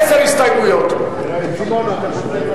ההסתייגויות הוסרו.